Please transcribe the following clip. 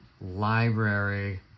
library